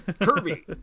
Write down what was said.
Kirby